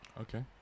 Okay